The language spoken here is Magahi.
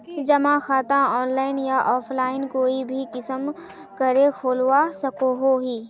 जमा खाता ऑनलाइन या ऑफलाइन कोई भी किसम करे खोलवा सकोहो ही?